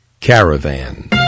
caravan